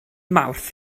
mawrth